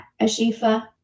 Ashifa